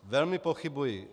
Velmi pochybuji.